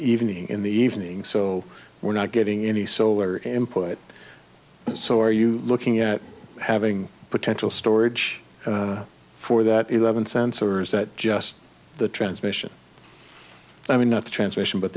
evening in the evening so we're not getting any solar input so are you looking at having potential storage for that eleven sensors that just the transmission i mean not the transmission but